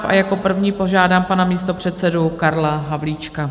A jako prvního požádám pana místopředsedu Karla Havlíčka.